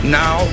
now